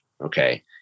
Okay